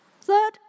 Third